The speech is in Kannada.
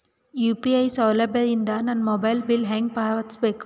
ಯು.ಪಿ.ಐ ಸೌಲಭ್ಯ ಇಂದ ನನ್ನ ಮೊಬೈಲ್ ಬಿಲ್ ಹೆಂಗ್ ಪಾವತಿಸ ಬೇಕು?